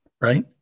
Right